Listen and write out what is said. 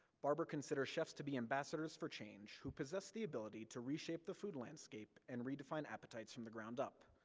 barber considers chefs to be ambassadors for change who possess the ability to reshape the food landscape, and redefine appetites from the ground up,